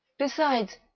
besides,